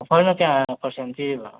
ꯑꯣꯐꯔꯅ ꯀꯌꯥ ꯄꯔꯁꯦꯟ ꯄꯤꯔꯤꯕ